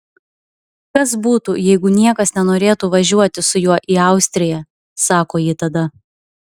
kas būtų jeigu niekas nenorėtų važiuoti su juo į austriją sako ji tada